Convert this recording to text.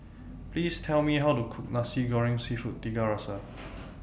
Please Tell Me How to Cook Nasi Goreng Seafood Tiga Rasa